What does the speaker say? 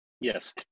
Yes